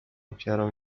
ofiarą